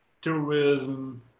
tourism